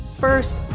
first